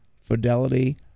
Fidelity